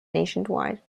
nationwide